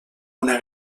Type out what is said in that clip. una